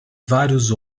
vários